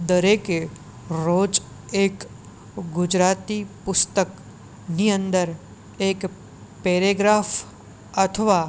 દરેકે રોજ એક ગુજરાતી પુસ્તકની અંદર એક પેરેગ્રાફ અથવા